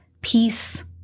peace